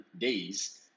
days